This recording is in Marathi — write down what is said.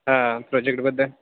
हा प्रोजेक्टबद्दल